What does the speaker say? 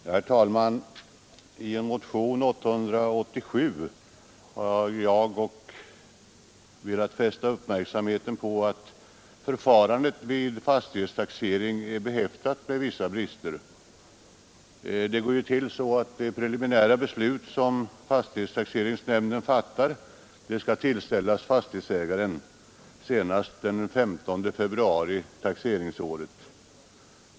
Herr talman! I motionen 887 har jag velat fästa uppmärksamheten på att förfarandet vid fastighetstaxering är behäftat med vissa brister. Det preliminära beslut som fastighetstaxeringsnämnden fattar skall tillställas fastighetsägaren senast den 15 februari taxeringsåret.